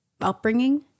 upbringing